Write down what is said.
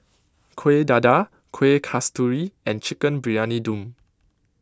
Kuih Dadar Kueh Kasturi and Chicken Briyani Dum